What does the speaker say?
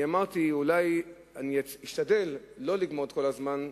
אמרתי שאני אשתדל לא לגמור את כל הזמן,